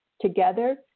Together